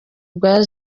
bwa